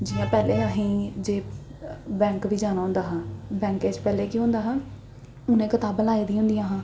जि'यां पैह्लें असें गी जे बैंक बी जाना होंदा हा बैंके च पैह्लें केह् होंदा हा उ'नें कताबां लाई दियां होंदिया हां